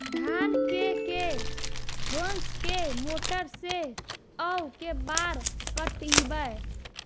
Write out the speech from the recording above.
धान के के होंस के मोटर से औ के बार पटइबै?